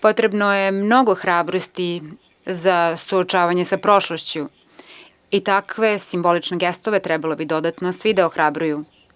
Potrebno je mnogo hrabrosti za suočavanje sa prošlošću i takve simbolične gestove bi dodatno trebalo sve da ohrabruju.